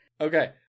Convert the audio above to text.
Okay